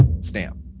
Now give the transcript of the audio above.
Stamp